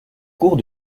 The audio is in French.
cours